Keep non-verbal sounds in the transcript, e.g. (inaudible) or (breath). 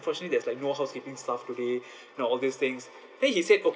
unfortunately there's like no housekeeping staff today (breath) know all these things then he said okay